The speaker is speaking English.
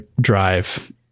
drive